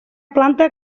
planta